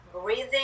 breathing